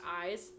eyes